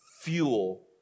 fuel